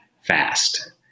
fast